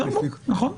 נכון.